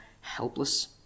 helpless